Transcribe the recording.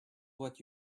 what